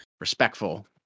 Respectful